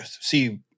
See